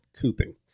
Cooping